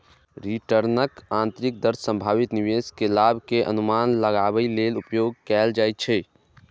रिटर्नक आंतरिक दर संभावित निवेश के लाभ के अनुमान लगाबै लेल उपयोग कैल जाइ छै